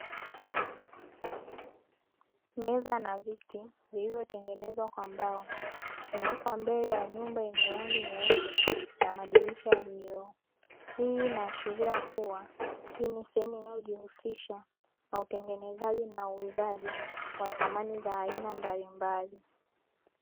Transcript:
Meza na viti vilivyotengenezwa kwa mbao vimewekwa mbele ya nyumba yenye rangi nyeupe na madirisha ya vioo. Hii inaashiria kuwa hii ni sehemu inayojihusisha na utengenezaji na uuzaji wa samani za aina mbalimbali.